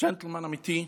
ג'נטלמן אמיתי,